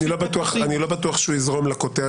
אני לא בטוח שהוא יזרום עם הכותרת.